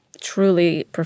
truly